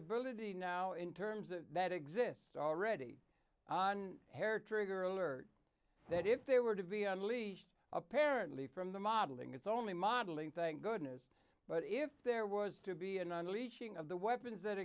ability now in terms that exist already on hair trigger alert that if they were to be unleashed apparently from the modeling it's only modeling thank goodness but if there was to be an unleashing of the weapons that